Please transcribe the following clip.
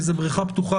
כי זו בריכה פתוחה,